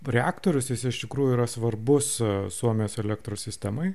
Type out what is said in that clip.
reaktorius jis iš tikrųjų yra svarbus suomijos elektros sistemai